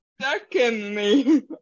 secondly